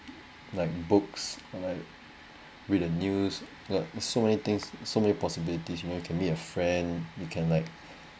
like books or like with the news like so many things so many possibilities you know you can make a friend you can like